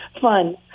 Fun